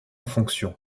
fonction